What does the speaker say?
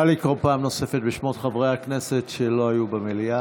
נא לקרוא פעם נוספת בשמות חברי הכנסת שלא היו במליאה.